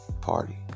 party